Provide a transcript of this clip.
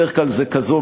בדרך כלל זה כזו,